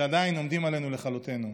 שעדיין עומדים עלינו לכלותינו.